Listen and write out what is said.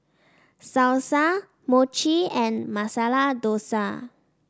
Salsa Mochi and Masala Dosa